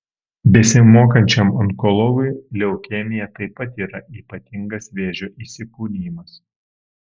besimokančiam onkologui leukemija taip pat yra ypatingas vėžio įsikūnijimas